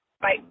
Bye